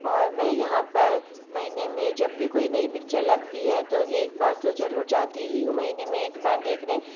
और मैं यहाँ पर महीने में जब भी कोई नई पिक्चर लगती है तो एक बार तो ज़रूर जाती ही हूँ महीने में एक बार देखने